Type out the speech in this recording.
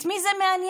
את מי זה מעניין?